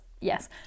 Yes